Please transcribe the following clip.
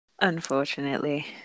Unfortunately